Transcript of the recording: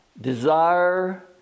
desire